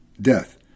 death